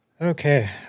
Okay